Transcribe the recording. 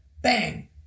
bang